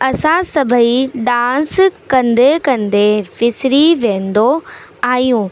असां सभेई डांस कंदे कंदे विसरी वेंदो आहियूं